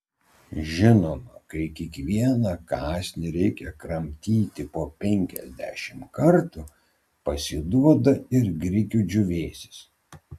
žinoma kai kiekvieną kąsnį reikia kramtyti po penkiasdešimt kartų pasiduoda ir grikių džiūvėsis